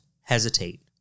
hesitate